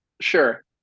Sure